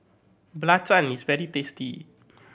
belacan is very tasty